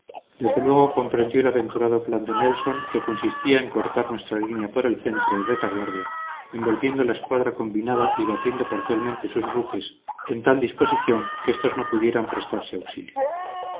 desde luego comprendió el aventurado plan de nelson que consistía en cortar nuestra línea por el centro y retaguardia envolviendo la escuadra combinada y batiendo parcialmente sus buques en tal disposición que éstos no pudieran prestarse auxilio